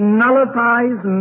nullifies